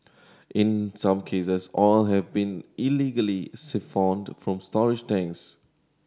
in some cases oil have been illegally siphoned from storage tanks